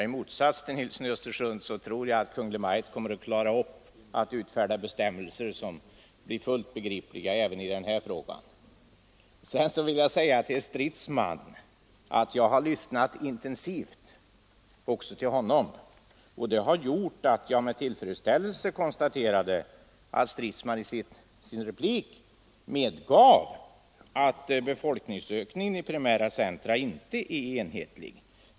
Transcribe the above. I motsats till herr Nilsson tror jag att Kungl. Maj:t kommer att klara av att utfärda bestämmelser som blir fullt begripliga även i denna fråga. Jag har lyssnat intensivt också till vad herr Stridsman har anfört. Jag konstaterade med tillfredsställelse att herr Stridsman i sin replik medgav att befolkningsökningen i primära centra inte är enhetlig.